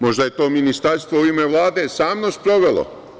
Možda je to ministarstvo u ime Vlade samo sprovelo.